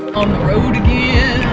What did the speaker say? road again.